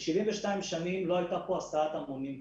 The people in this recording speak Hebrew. ב-72 שנים לא הייתה כאן הסעת המונים מסחרית.